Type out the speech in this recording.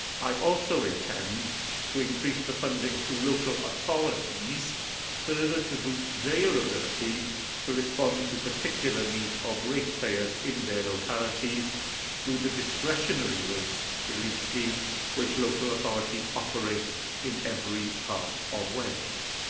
i also intend to increase the funding to local authorities further to boost their ability to respond to particular needs of ratepayers in their localities through the discretionary rate relief scheme that local authorities operate in every part of wales.